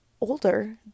older